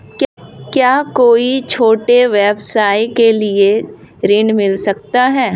क्या कोई छोटे व्यवसाय के लिए ऋण मिल सकता है?